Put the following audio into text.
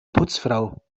putzfrau